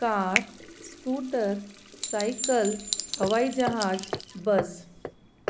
car scooter cycle हवाई जहाज बस